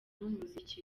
n’umuziki